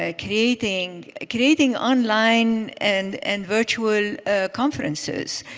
ah creating creating online and and virtual conferences,